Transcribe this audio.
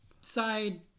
side